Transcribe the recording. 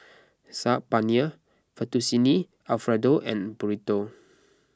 Saag Paneer Fettuccine Alfredo and Burrito